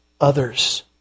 others